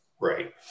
Right